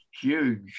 huge